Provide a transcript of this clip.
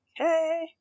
okay